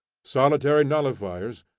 solitary nullifiers,